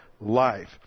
life